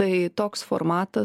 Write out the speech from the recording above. tai toks formatas